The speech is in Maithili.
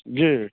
जी